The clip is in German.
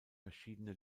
verschiedene